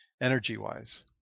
energy-wise